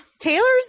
Taylor's